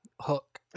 hook